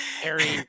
Harry